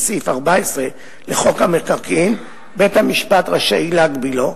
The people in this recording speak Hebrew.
סעיף 14 לחוק המקרקעין בית-המשפט רשאי להגבילו.